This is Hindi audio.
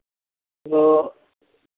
वो